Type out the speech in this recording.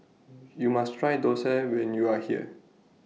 YOU must Try Thosai when YOU Are here